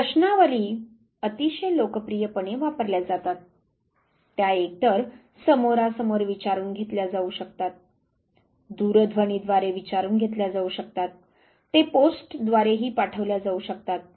प्रश्नावली अतिशय लोकप्रिय पणे वापरल्या जातात त्या एकतर समोरासमोर विचारून घेतल्या जाऊ शकतात दूरध्वनी द्वारे विचारून घेतल्या जाऊ शकतात ते पोस्टद्वारेही पाठवल्या जाऊ शकतात